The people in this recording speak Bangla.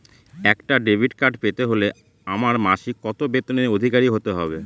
একটা ডেবিট কার্ড পেতে হলে আমার মাসিক কত বেতনের অধিকারি হতে হবে?